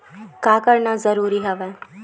का करना जरूरी हवय?